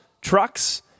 trucks